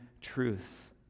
truth